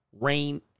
rain